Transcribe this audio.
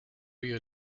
you